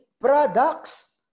products